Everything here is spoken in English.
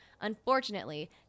Unfortunately